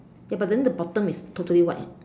ya but then the bottom is totally white